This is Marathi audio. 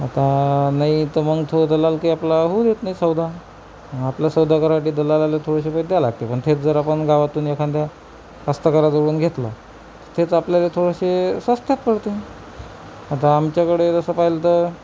आता नाही तर मग थोडा दलाल काही आपला होऊ देत नाही सौदा आपला सौदा करायठी दलालाले थोडेसे पै द्यावं लागते पण तेच जर आपण गावातून एखाद्या हस्तकराकडून घेतला तेच आपल्याला थोडंसे स्वस्तात पडते आता आमच्याकडे तसं पहिलं तर